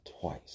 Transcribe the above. twice